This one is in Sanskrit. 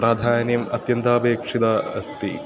प्राधान्यम् अत्यन्तापेक्षिता अस्ति